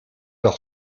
par